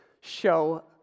show